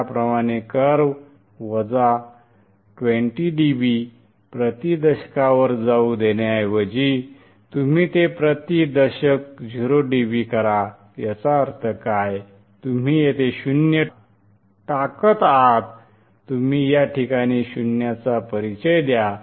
याप्रमाणे कर्व वजा 20 dB प्रति दशकावर जाऊ देण्याऐवजी तुम्ही ते प्रति दशक 0 dB करा याचा अर्थ काय तुम्ही येथे शून्य टाकत आहात तुम्ही या ठिकाणी शून्याचा परिचय द्या